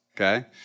okay